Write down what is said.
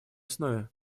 основе